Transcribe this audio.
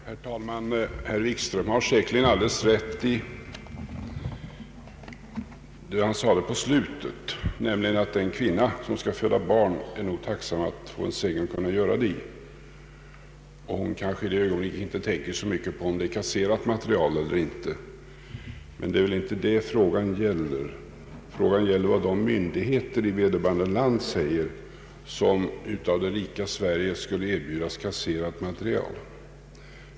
Herr talman! Herr Wikström har säkerligen alldeles rätt i det han sade i slutet av sitt anförande, att den kvinna som skall föda barn nog är tacksam Över att kunna få göra det i en säng. Hon kanske i det ögonblicket inte så mycket tänker på om det är i en från Sverige kasserad säng. Men det är väl inte det frågan gäller, utan frågan här gäller vad myndigheterna i vederbörande land anser, som av det rika landet Sverige skulle erbjudas kasserad materiel.